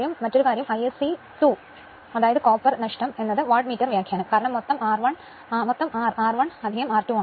മറ്റൊരു കാര്യം അറിയാം Isc 2 R ചെമ്പിന്റെ നഷ്ടം വാട്ട്മീറ്റർ വ്യാഖ്യാനം കാരണം മൊത്തം R R1 R2 ആണ്